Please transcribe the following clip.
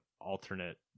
alternate